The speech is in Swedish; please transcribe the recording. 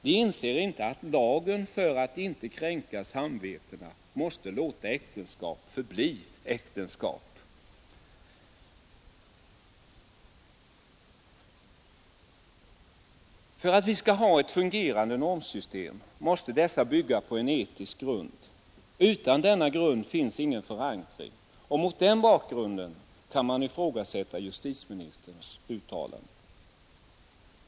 De inser inte att lagen för att inte kränka samvetena måste låta äktenskap förbli äktenskap. För att vi skall ha ett fungerande normsystem måste normerna bygga på en etisk grund. Utan denna grund finns ingen förankring. Mot den bakgrunden kan man ifrågasätta justitieministerns uttalande.